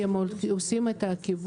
כי הם עושים את העקיבות,